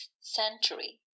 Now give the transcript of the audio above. century